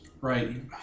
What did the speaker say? right